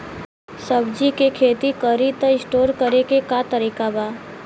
सब्जी के खेती करी त स्टोर करे के का तरीका बा?